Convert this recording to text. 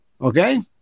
Okay